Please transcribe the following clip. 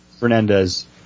Fernandez